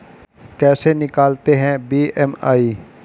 कैसे निकालते हैं बी.एम.आई?